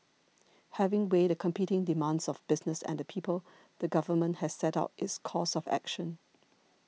having weighed the competing demands of business and the people the government has set out its course of action